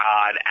God